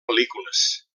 pel·lícules